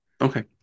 Okay